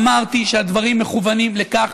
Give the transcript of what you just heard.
אמרתי שהדברים מכוונים לכך